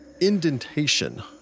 indentation